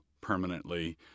permanently